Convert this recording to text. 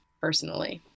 personally